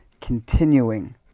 continuing